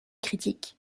critiques